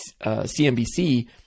CNBC